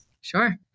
Sure